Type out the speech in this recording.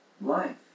life